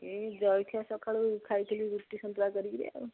ଏଇ ଜଳଖିଆ ସକାଳୁ ଖାଇଥିଲି ରୁଟି ସନ୍ତୁଳା କରିକିରି ଆଉ